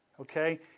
okay